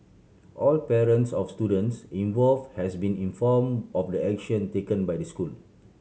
all parents of students involve has been inform of the action taken by the school